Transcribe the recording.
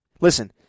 listen